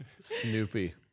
Snoopy